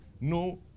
no